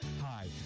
Hi